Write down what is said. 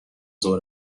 ظهر